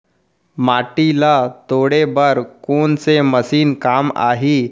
माटी ल तोड़े बर कोन से मशीन काम आही?